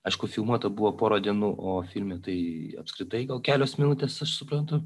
aišku filmuota buvo pora dienų o filme tai apskritai gal kelios minutės aš suprantu